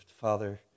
Father